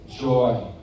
joy